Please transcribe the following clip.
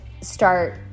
start